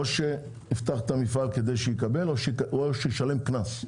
או שיפתח את המפעל כדי שיקבל או שישלם קנס.